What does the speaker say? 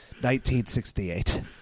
1968